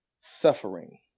suffering